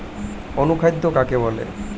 অনুখাদ্য কাকে বলে?